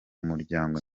muryango